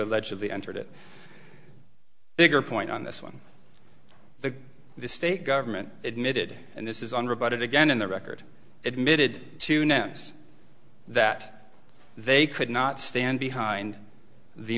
allegedly entered it bigger point on this one the state government admitted and this is an rebutted again in the record admitted to nouns that they could not stand behind the